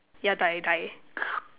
yeah die die